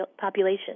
population